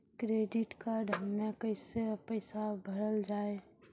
Credit card हम्मे कैसे पैसा भरल जाए?